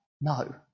No